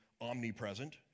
omnipresent